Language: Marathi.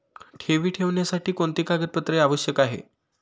ठेवी ठेवण्यासाठी कोणते कागदपत्रे आवश्यक आहे?